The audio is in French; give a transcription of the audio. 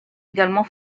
également